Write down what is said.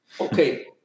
okay